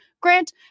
Grant